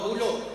הוא לא.